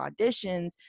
auditions